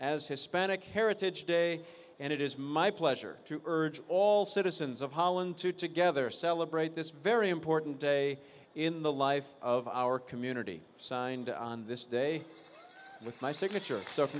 as hispanic heritage day and it is my pleasure to urge all citizens of holland to together celebrate this very important day in the life of our community signed on this day with my signature s